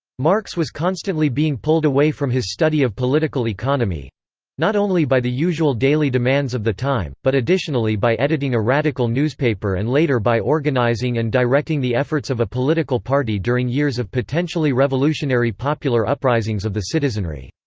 marx was constantly being pulled away from his study of political economy not only by the usual daily demands of the time, but additionally by editing a radical newspaper and later by organising and directing the efforts of a political party during years of potentially revolutionary popular uprisings of the citizenry.